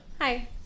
Hi